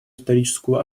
историческую